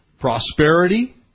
prosperity